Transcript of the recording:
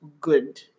good